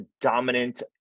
dominant